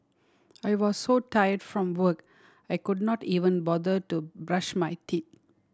I was so tired from work I could not even bother to brush my teeth